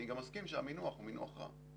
אני גם מסכים שהמינוח הוא מינוח רע.